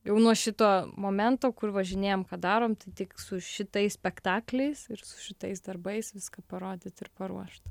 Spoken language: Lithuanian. jau nuo šito momento kur važinėjam ką darom tai tik su šitais spektakliais ir su šitais darbais viską parodyt ir paruošt